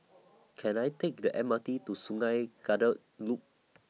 Can I Take The M R T to Sungei Kadut Loop